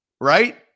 right